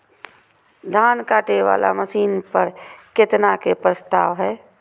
धान काटे वाला मशीन पर केतना के प्रस्ताव हय?